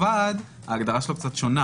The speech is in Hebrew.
ועד - ההגדרה שלו קצת שונה